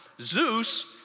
Zeus